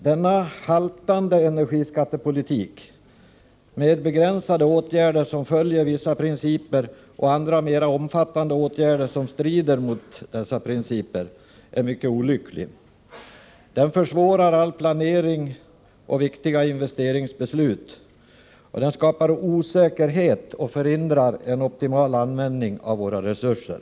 Denna haltande energiskattepolitik med både begränsade åtgärder som följer vissa principer, och andra mera omfattande åtgärder i strid mot dessa principer är mycket olycklig. Den försvårar all planering och även viktiga investeringsbeslut. Den skapar osäkerhet och förhindrar ett optimalt utnyttjande av våra resurser.